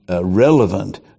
relevant